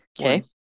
Okay